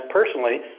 personally